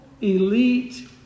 elite